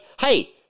hey